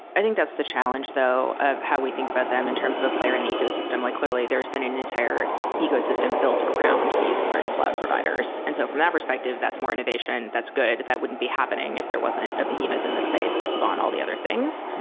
i think that's the challenge though of how we think about them in terms of a player in the ecosystem. like clearly, there's been an entire ecosystem built around these large cloud providers. and so from that perspective, that's more innovation, that's good. that wouldn't be happening if there wasn't a behemoth in this space to spawn all the other things.